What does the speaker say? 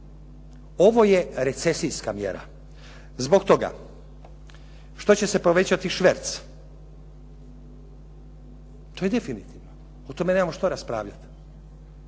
Ovo je recesijska mjera. Zbog toga što će se povećati šverc, to je definitivno o tome nemamo što raspravljati.